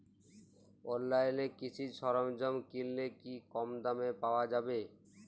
অনলাইনে কৃষিজ সরজ্ঞাম কিনলে কি কমদামে পাওয়া যাবে?